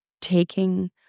taking